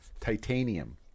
titanium